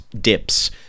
dips